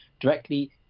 directly